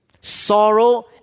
Sorrow